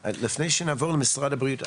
אז לפני שנעבור למשרד הבריאות,